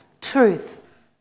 Truth